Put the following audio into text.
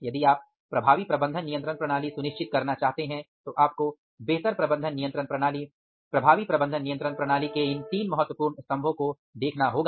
यदि आप प्रभावी प्रबंधन नियंत्रण प्रणाली सुनिश्चित करना चाहते हैं तो आपको बेहतर प्रबंधन नियंत्रण प्रणाली प्रभावी प्रबंधन नियंत्रण प्रणाली के इन तीन महत्वपूर्ण स्तंभों को देखना होगा